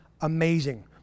amazing